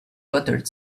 buttered